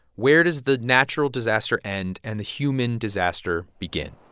where does the natural disaster end and the human disaster begin?